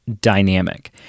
Dynamic